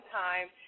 time